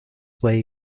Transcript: way